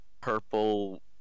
purple